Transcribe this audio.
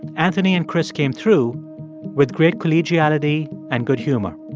anthony and chris came through with great collegiality and good humor.